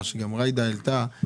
נושא שגם ג'ידא העלתה.